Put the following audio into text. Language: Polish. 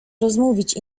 rozmówić